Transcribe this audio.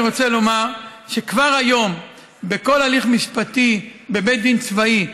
אני רוצה לומר שכבר היום בכל הליך משפטי בבית דין צבאי,